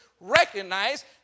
recognize